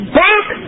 back